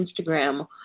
Instagram